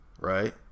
right